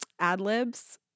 AdLibs